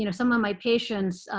you know some of my patients,